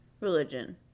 Religion